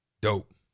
dope